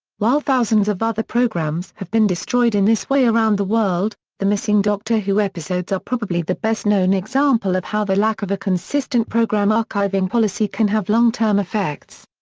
while thousands of other programmes have been destroyed in this way around the world, the missing doctor who episodes are probably the best-known example of how the lack of a consistent programme archiving policy can have long-term effects.